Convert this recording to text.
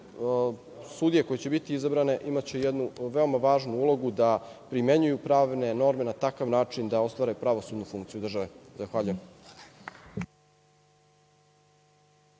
sudije koje će biti izabrane imaće jednu veoma važnu ulogu, da primenjuju pravne norme na takav način da ostvare pravosudnu funkciju države. Zahvaljujem.